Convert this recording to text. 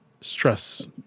stress